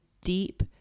deep